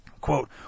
Quote